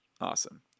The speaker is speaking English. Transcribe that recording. awesome